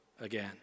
again